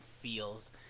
feels